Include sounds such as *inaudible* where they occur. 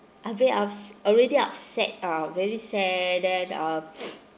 I feel ups~ already upset ah very sad then uh *breath*